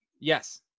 Yes